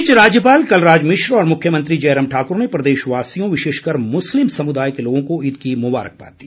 इस बीच राज्यपाल कलराज मिश्र और मुख्यमंत्री जयराम ठाकुर ने प्रदेशवासियों विशेषकर मुस्लिम समुदाय के लोगों को ईद की मुबारकबाद दी